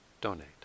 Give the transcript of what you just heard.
donate